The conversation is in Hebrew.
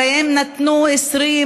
הרי הם נתנו 15,